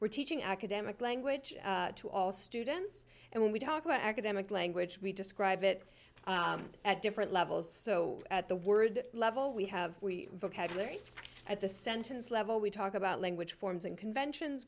we're teaching academic language to all students and when we talk about academic language we describe it at different levels so at the word level we have we vocabulary at the sentence level we talk about language forms and conventions